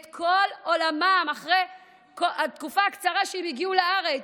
את כל עולמם, אחרי תקופה קצרה שהם בארץ.